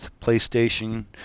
playstation